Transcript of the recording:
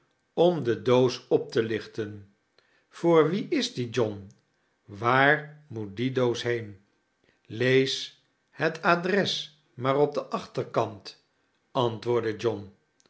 om de doos op t lliehten voor wie is die john waar moet die doos heen lees het adres maar op den aoh teirkant antwoordde john